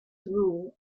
rule